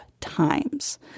times